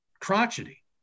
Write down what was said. crotchety